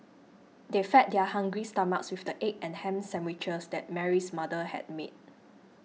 they fed their hungry stomachs with the egg and ham sandwiches that Mary's mother had made